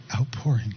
outpouring